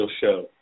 Show